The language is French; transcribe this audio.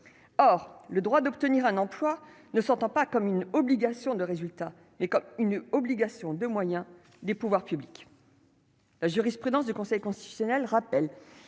or le droit d'obtenir un emploi ne s'entend pas comme une obligation de résultat et comme une obligation de moyens, des pouvoirs publics. La jurisprudence du Conseil constitutionnel, rappelle